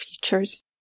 features